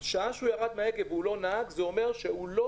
הוא ירד מההגה והוא לא נהג ברישוי זה אומר שהוא לא